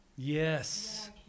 yes